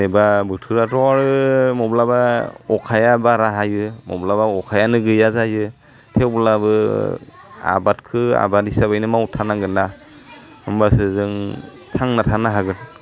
जेनेबा बोथोराथ' मब्लाबा अखाया बारा हायो मब्लाबा अखायानो गैया जायो थेवब्लाबो आबादखौ आबाद हिसाबैनो मावथारनांगोन्ना होमबासो जों थांना थानो हागोन